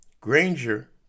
Granger